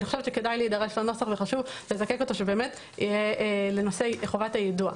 אני חושבת שכדאי להידרש לנוסח וחשוב לזקק אותו לנושא חובת היידוע.